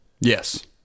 Yes